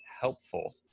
helpful